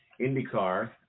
IndyCar